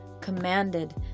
commanded